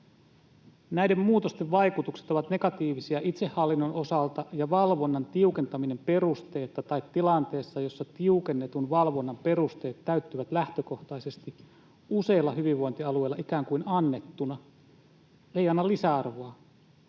”Näiden muutosten vaikutukset ovat negatiivisia itsehallinnon osalta, ja valvonnan tiukentaminen perusteetta tai tilanteessa, jossa tiukennetun valvonnan perusteet täyttyvät lähtökohtaisesti useilla hyvinvointialueilla ikään kuin annettuna, ei anna lisäarvoa,